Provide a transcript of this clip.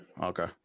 okay